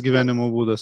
gyvenimo būdas